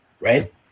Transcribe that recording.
right